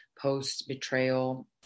post-betrayal